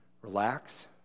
Relax